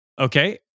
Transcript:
Okay